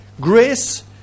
Grace